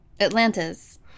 Atlantis